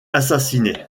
assassinée